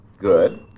Good